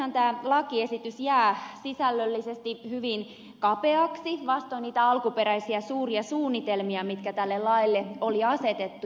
valitettavastihan tämä lakiesitys jää sisällöllisesti hyvin kapeaksi vastoin niitä alkuperäisiä suuria suunnitelmia mitkä tälle laille oli asetettu